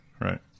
right